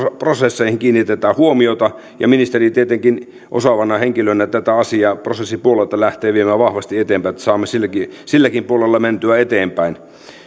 prosesseihin kiinnitetään huomiota ja ministeri tietenkin osaavana henkilönä tätä asiaa prosessipuolelta lähtee viemään vahvasti eteenpäin että saamme silläkin silläkin puolella mentyä eteenpäin